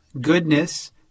Goodness